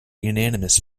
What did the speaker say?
unanimous